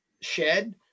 shed